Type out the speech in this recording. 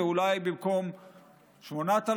ואולי במקום 8,000,